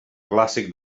clàssic